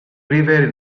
river